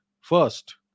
first